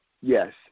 Yes